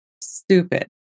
Stupid